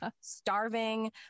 starving